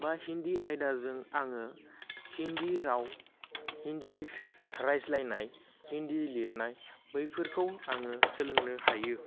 बा हिन्दी आयदाजों आङो हिन्दी राव हिन्दी रायज्लायनाय हिन्दी लिरनाय बैफोरखौ आङो सोलोंनो हायो